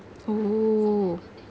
oh